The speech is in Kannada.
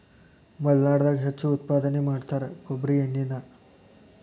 ಮಲ್ನಾಡದಾಗ ಹೆಚ್ಚು ಉತ್ಪಾದನೆ ಮಾಡತಾರ ಕೊಬ್ಬ್ರಿ ಎಣ್ಣಿನಾ